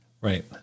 right